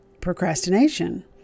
procrastination